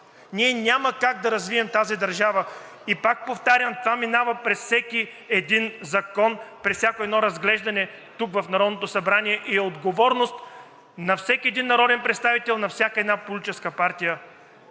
ние няма как да развием тази държава. И пак повтарям, това минава през всеки един закон, през всяко едно разглеждане тук, в Народното събрание и е отговорност на всеки един народен представител, на всяка една политическа партия.